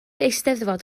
eisteddfod